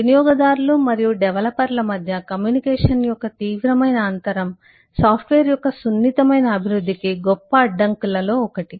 వినియోగదారులు మరియు డెవలపర్ల మధ్య కమ్యూనికేషన్ యొక్క తీవ్రమైన అంతరం సాఫ్ట్వేర్ యొక్క సున్నితమైన అభివృద్ధికి గొప్ప అడ్డంకిలలో ఒకటి